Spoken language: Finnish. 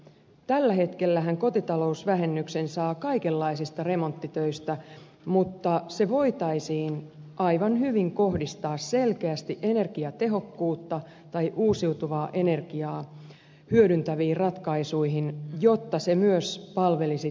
tällä hetkellähän kotitalousvähennyksen saa kaikenlaisista remonttitöistä mutta se voitaisiin aivan hyvin kohdistaa selkeästi energiatehokkuutta tai uusiutuvaa energiaa hyödyntäviin ratkaisuihin jotta myös se palvelisi tässä ilmastohaasteessa